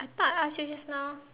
I thought I asked you just now